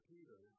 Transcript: Peter